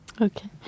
Okay